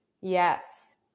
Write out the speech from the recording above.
yes